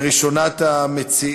הצעות לסדר-היום מס'